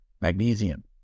magnesium